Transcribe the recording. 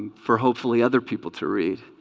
for hopefully other people to read